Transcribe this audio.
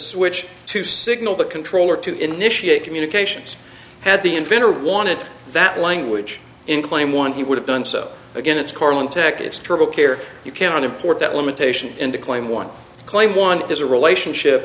switch to signal the controller to initiate communications had the inventor wanted that language in claim one he would have done so again it's carlin tech is terrible care you can't import that limitation in the claim one claim one is a relationship